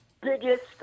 biggest